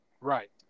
Right